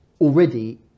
already